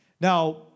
Now